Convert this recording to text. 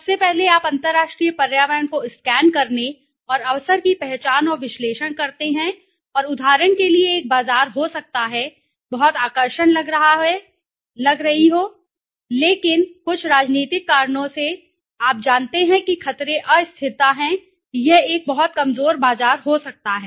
सबसे पहले आप अंतर्राष्ट्रीय पर्यावरण को स्कैन करने और अवसर की पहचान और विश्लेषण करते हैं और उदाहरण के लिए एक बाजार हो सकता है बहुत आकर्षक लग रही हो लेकिन कुछ राजनीतिक कारणों से आप जानते हैं कि खतरे अस्थिरता हैं यह एक बहुत कमजोर बाजार हो सकता है